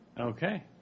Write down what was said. Okay